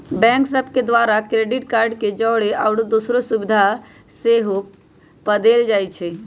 bank सभ के द्वारा क्रेडिट कार्ड के जौरे आउरो दोसरो सुभिधा सेहो पदेल जाइ छइ